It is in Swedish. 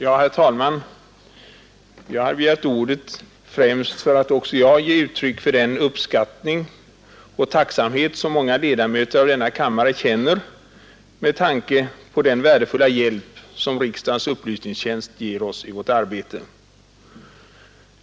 Herr talman! Jag har begärt ordet främst för att också jag ge uttryck för den uppskattning och tacksamhet som många ledamöter av denna kammare känner med tanke på den värdefulla hjälp som riksdagens upplysningstjänst ger oss i vårt arbete.